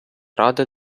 ради